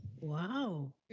Wow